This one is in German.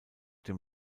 dem